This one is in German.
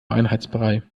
einheitsbrei